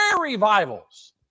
revivals